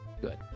Good